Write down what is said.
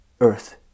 earth